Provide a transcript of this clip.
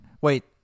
Wait